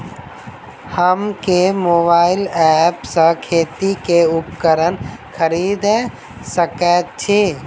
हम केँ mobile app सँ खेती केँ उपकरण खरीदै सकैत छी?